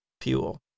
fuel